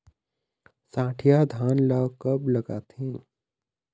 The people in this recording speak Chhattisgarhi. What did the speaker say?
सठिया धान ला कब लगाथें?